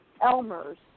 Elmer's